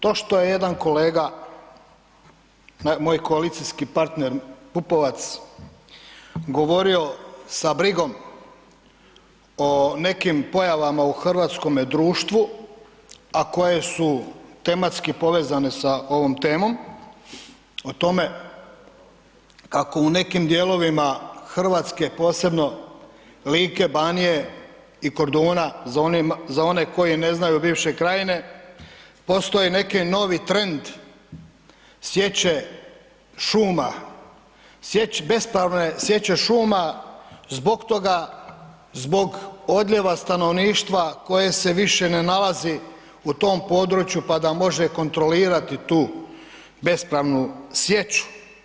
To što je jedan kolega, moj koalicijski partner Pupovac sa brigom o nekim pojavama u hrvatskome društvu a koje su tematski povezene sa ovom temom, o tome kako u nekim dijelovima Hrvatske, posebno Like, Banije i Korduna, za one koji ne znaju bivše krajine, postoji neki novi trend sječe šuma, bespravne sječe šuma zbog toga, zbog odljeva stanovništva koje se više ne nalazi u tom području pa da može kontrolirati tu bespravnu sječu.